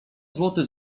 złoty